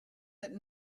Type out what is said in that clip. that